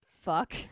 fuck